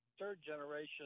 third-generation